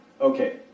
Okay